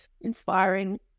inspiring